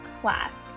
class